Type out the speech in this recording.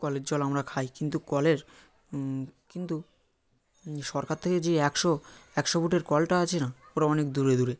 কলের জল আমরা খাই কিন্তু কলের কিন্তু সরকার থেকে যে একশো একশো ফুটের কলটা আছে না ওটা অনেক দূরে দূরে